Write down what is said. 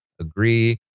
agree